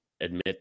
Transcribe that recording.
admit